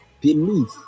believe